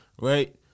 right